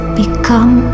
become